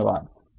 धन्यवाद